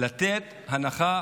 לתת הנחה.